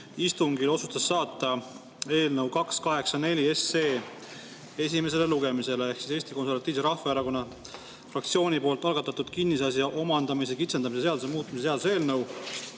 istungil otsustas saata eelnõu 284 esimesele lugemisele, Eesti Konservatiivse Rahvaerakonna fraktsiooni algatatud kinnisasja omandamise kitsendamise seaduse muutmise seaduse eelnõu.